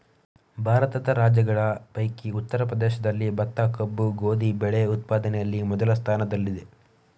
ಭಾರತದ ರಾಜ್ಯಗಳ ಪೈಕಿ ಉತ್ತರ ಪ್ರದೇಶದಲ್ಲಿ ಭತ್ತ, ಕಬ್ಬು, ಗೋಧಿ ಬೆಳೆ ಉತ್ಪಾದನೆಯಲ್ಲಿ ಮೊದಲ ಸ್ಥಾನದಲ್ಲಿದೆ